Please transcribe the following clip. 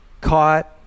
caught